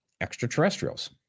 extraterrestrials